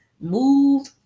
move